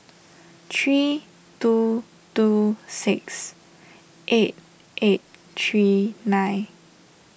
three two two six eight eight three nine